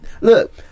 Look